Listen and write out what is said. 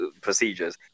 procedures